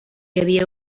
havia